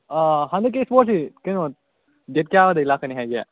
ꯍꯟꯗꯛꯀꯤ ꯏꯁꯄꯣꯠꯁꯤ ꯀꯩꯅꯣ ꯗꯦꯠ ꯀꯌꯥꯗꯩ ꯂꯥꯛꯀꯅꯤ ꯍꯥꯏꯒꯦ